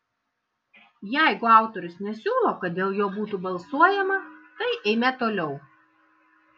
jeigu autorius nesiūlo kad dėl jo būtų balsuojama tai eime toliau